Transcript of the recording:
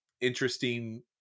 interesting